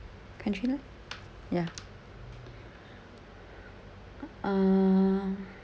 country life ya uh